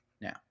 now